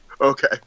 okay